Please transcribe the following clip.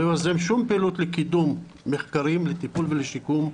לא יוזם שום פעילות לקידום מחקרים לטיפול ולשיקום,